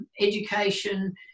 education